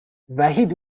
وحید